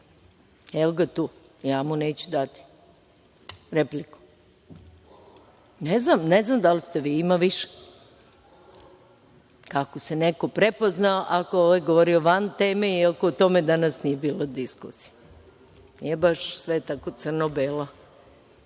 Evo ga tu, ja mu neću dati repliku. Ne znam da li ste vi, ima više, ako se neko prepoznao ako je ovaj govorio van teme, i ako o tome danas nije bilo diskusije. Nije baš sve tako crno